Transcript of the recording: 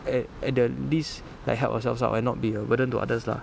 at at the least like help ourselves out and not be a burden to others lah